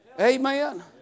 Amen